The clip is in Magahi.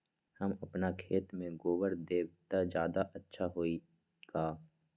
हम अपना खेत में गोबर देब त ज्यादा अच्छा होई का?